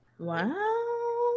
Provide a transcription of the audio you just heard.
wow